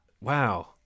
wow